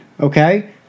okay